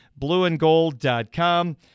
blueandgold.com